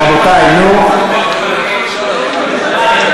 רבותי, נו.